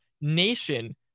nation